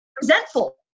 resentful